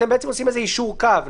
אתם בעצם עושים יישור קו.